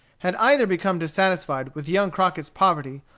had either become dissatisfied with young crockett's poverty,